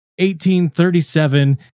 1837